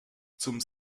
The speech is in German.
zum